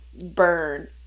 burn